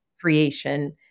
creation